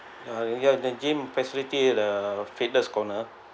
ya uh the gym facility at the fitness corner